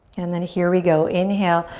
and then here we go, inhale.